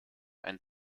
ein